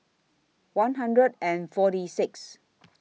one hundred and forty six